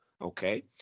okay